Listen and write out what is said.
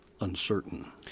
uncertain